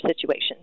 situation